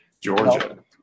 Georgia